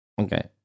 Okay